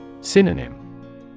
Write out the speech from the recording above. Synonym